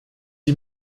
die